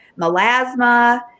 melasma